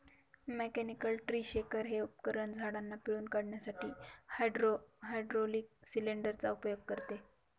mechanical tree shaker हे उपकरण झाडांना पिळून काढण्यासाठी हायड्रोलिक सिलेंडर चा उपयोग करते